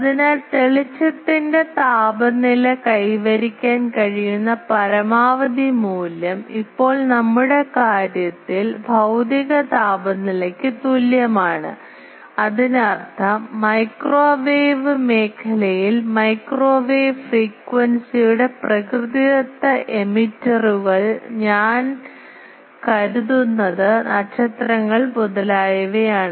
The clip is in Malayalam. അതിനാൽ തെളിച്ചത്തിന്റെ താപനില കൈവരിക്കാൻ കഴിയുന്ന പരമാവധി മൂല്യം ഇപ്പോൾ നമ്മുടെ കാര്യത്തിൽ ഭ physical തിക താപനിലയ്ക്ക് തുല്യമാണ് അതിനർത്ഥം മൈക്രോവേവ് മേഖലയിൽ മൈക്രോവേവ് ഫ്രീക്വൻസിയുടെ പ്രകൃതിദത്ത എമിറ്ററുകൾ ഞാൻ കരുതുന്നത് നക്ഷത്രങ്ങൾ മുതലായവയാണ്